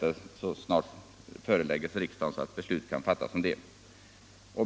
Fru talman!